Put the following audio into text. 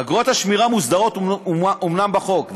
אגרות השמירה מוסדרות אומנם בחוק,